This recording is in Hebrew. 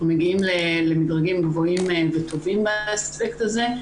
אנחנו מגיעים למדרגים גבוהים וטובים באספקט הזה.